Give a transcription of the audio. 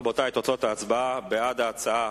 רבותי, תוצאות ההצבעה: בעד ההצעה,